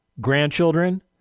grandchildren